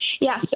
Yes